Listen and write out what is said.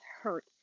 hurt